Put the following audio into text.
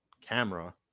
camera